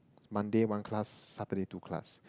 Monday one class Saturday two class